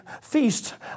feast